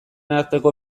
arteko